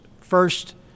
first